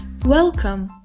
welcome